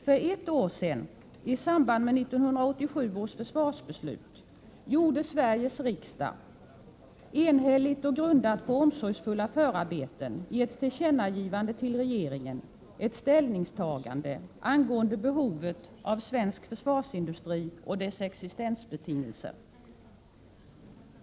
För ett år sedan, i samband med 1987 års försvarsbeslut, gjorde Sveriges riksdag, enhälligt och grundat på omsorgsfulla förarbeten, i ett tillkännagivande till regeringen ett grundläggande ställningstagande angående behovet av svensk försvarsindustri och dess existensbetingelser.